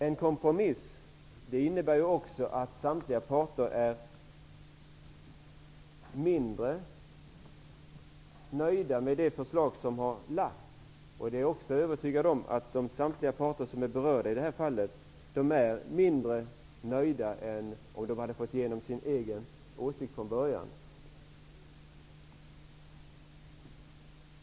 En kompromiss innebär också att samtliga parter är mindre nöjda med framlagt förslag. Jag är också övertygad om att samtliga parter som är berörda i det här fallet är mindre nöjda än om de fått gehör för sin egen åsikt från början.